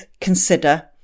consider